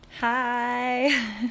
Hi